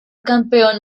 campeón